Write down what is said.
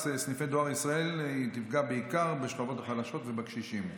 סניפי דואר ישראל תפגע בעיקר בשכבות החלשות ובקשישים.